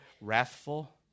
wrathful